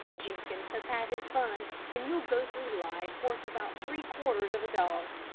jenkins has had his fun and you'll go through life worth about three-quarters of a dog.